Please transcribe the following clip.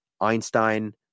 Einstein